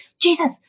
Jesus